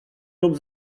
lub